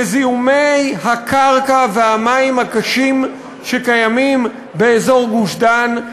לזיהומי הקרקע והמים הקשים שקיימים באזור גוש-דן,